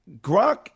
Grok